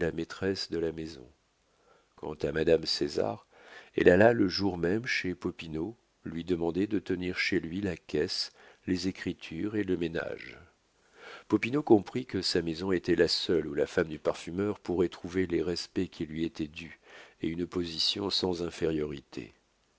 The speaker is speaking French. la maîtresse de la maison quant à madame césar elle alla le jour même chez popinot lui demander de tenir chez lui la caisse les écritures et le ménage popinot comprit que sa maison était la seule où la femme du parfumeur pourrait trouver les respects qui lui étaient dus et une position sans infériorité